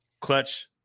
Clutch